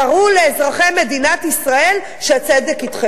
תראו לאזרחי מדינת ישראל שהצדק אתכם.